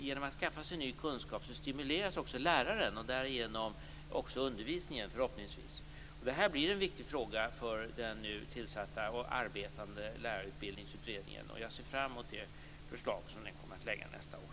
Genom att skaffa sig ny kunskap stimuleras läraren och därigenom förhoppningsvis också undervisningen. Detta blir en viktig fråga för den nu tillsatta och arbetande lärarutbildningsutredningen. Jag ser fram emot det förslag den kommer att lägga fram nästa år.